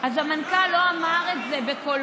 אז המנכ"ל לא אמר את זה בקולו,